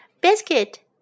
Biscuit